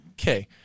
okay